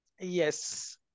Yes